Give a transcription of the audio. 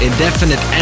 indefinite